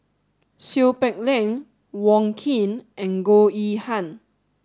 Seow Peck Leng Wong Keen and Goh Yihan